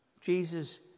Jesus